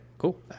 Cool